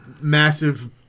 massive